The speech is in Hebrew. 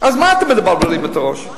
אז מה אתם מבלבלים את הראש?